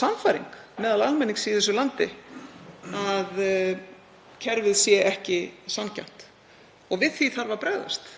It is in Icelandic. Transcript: sannfæring meðal almennings í landinu að kerfið sé ekki sanngjarnt og við því þarf að bregðast.